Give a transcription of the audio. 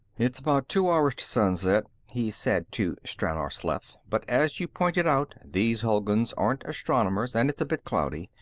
it's about two hours to sunset, he said, to stranor sleth. but as you pointed out, these hulguns aren't astronomers, and it's a bit cloudy.